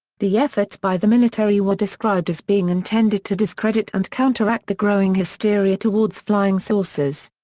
the efforts by the military were described as being intended to discredit and counteract the growing hysteria towards flying saucers.